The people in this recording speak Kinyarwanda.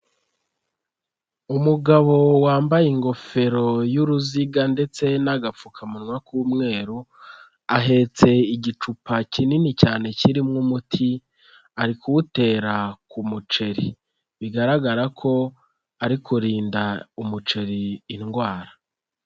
Umugabo wambaye ingofero y'uruziga ndetse n'agapfukamunwa k'umweru, ahetse igicupa kinini cyane kirimo umuti, arikuwutera ku muceri bigaragara ko ari kurinda umuceri indwara.